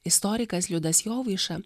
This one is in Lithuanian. istorikas liudas jovaiša